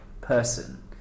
person